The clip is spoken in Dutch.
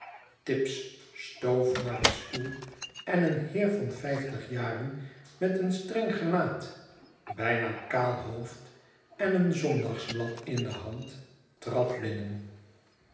tibbs stoof naar een stoel en een heer van vijftig jaren met een streng gelaat bijna kaal hoofd eh een zondagsblad in de hancu trad binnen